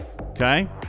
okay